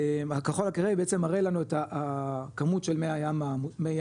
הכחול הכהה הוא בעצם מראה לנו את הכמות של מי הים המותפלים,